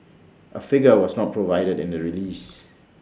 A figure was not provided in the release